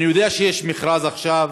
אני יודע שיש מכרז עכשיו,